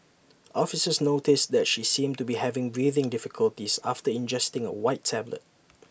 officers noticed that she seemed to be having breathing difficulties after ingesting A white tablet